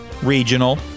Regional